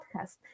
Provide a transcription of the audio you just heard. podcast